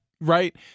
right